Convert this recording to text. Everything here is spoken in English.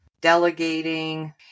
delegating